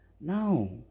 No